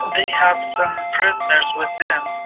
they have some prisoners with them,